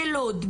בלוד,